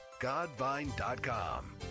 godvine.com